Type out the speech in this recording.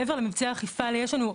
מעבר למבצעי אכיפה יש לנו,